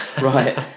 Right